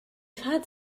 have